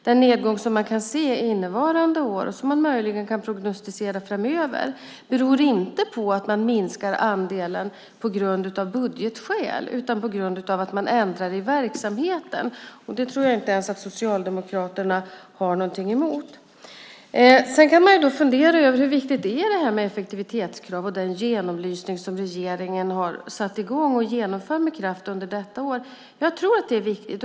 Den nedgång som man kan se under innevarande år och som möjligen kan prognostiseras framöver beror inte på en minskad andel av budgetskäl utan på att det ändras i verksamheten. Det tror jag att inte ens Socialdemokraterna har någonting emot. Man kan fundera över hur viktigt det är med effektivitetskrav och med den genomlysning som regeringen har satt i gång och med kraft genomför under detta år. Jag tror att det är viktigt.